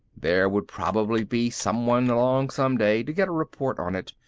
there would probably be someone along some day to get a report on it.